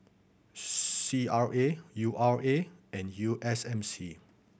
C R A U R A and U S M C